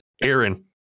Aaron